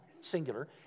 singular